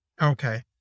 Okay